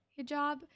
hijab